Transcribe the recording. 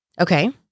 Okay